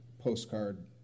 postcard